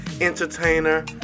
entertainer